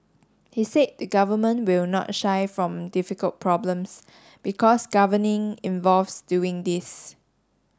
he said the government will not shy from difficult problems because governing involves doing these